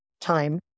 time